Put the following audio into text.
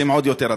רוצים עוד יותר,